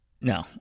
No